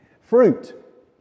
Fruit